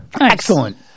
Excellent